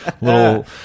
little